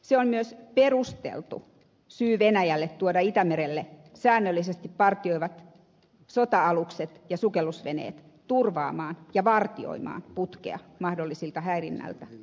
se on myös perusteltu syy venäjälle tuoda itämerelle säännöllisesti partioivat sota alukset ja sukellusveneet turvaamaan ja vartioimaan putkea mahdolliselta häirinnältä